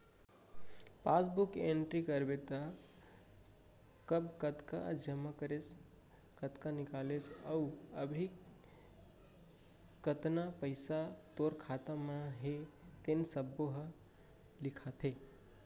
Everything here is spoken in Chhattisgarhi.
पासबूक एंटरी कराबे त कब कतका जमा करेस, कतका निकालेस अउ अभी कतना पइसा तोर खाता म हे तेन सब्बो ह लिखाथे